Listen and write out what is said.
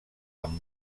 amb